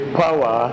power